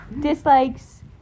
Dislikes